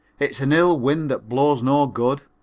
it's an ill wind that blows no good.